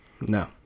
No